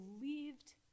believed